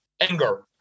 anger